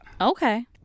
Okay